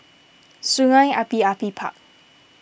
Sungei Api Api Park